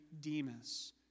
Demas